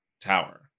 tower